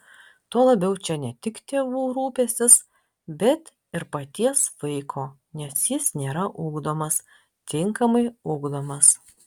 tuo labiau čia ne tik tėvų rūpestis bet ir paties vaiko nes jis nėra ugdomas tinkamai ugdomas